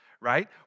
right